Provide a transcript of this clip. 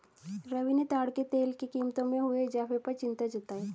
रवि ने ताड़ के तेल की कीमतों में हुए इजाफे पर चिंता जताई